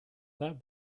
that